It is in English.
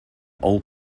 all